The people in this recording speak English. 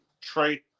trade